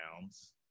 pounds